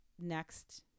next